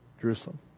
Jerusalem